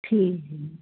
ਠੀਕ ਜੀ